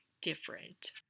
different